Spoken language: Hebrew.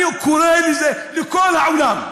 אני קורא לכל העולם: